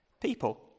people